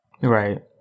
right